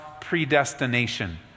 predestination